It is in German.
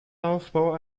aufbau